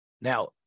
Now